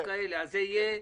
אז זה יהיה?